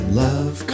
love